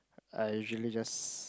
I usually just